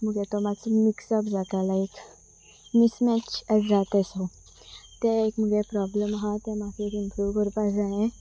मुगे तो मात्सो मिक्स अप जाता लायक मिसमॅच अशें जाता ते सो ते एक मुगे प्रोब्लम आसा तें म्हाका एक इम्प्रूव करपाक जायें